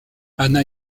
ana